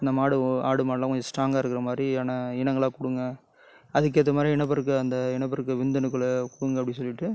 இந்த மாடு வோ ஆடு மாடுலாம் கொஞ்சம் ஸ்ட்ராங்காக இருக்கிற மாதிரியான இனங்களாக கொடுங்க அதுக்கேற்ற மாதிரி இனப்பெருக்க அந்த இனப்பெருக்க விந்துணுக்களை கொடுங்க அப்படின்னு சொல்லிவிட்டு